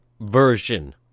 version